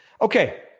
Okay